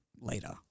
later